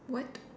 what